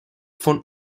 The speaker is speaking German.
von